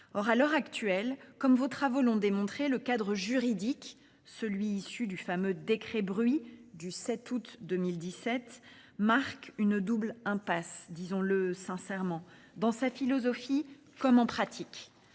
Or, à l'heure actuelle, comme vos travaux l'ont démontré, le cadre juridique, celui issu du fameux décret bruit du 7 août 2017, marque une double impasse, disons-le sincèrement, dans sa philosophie comme en pratique.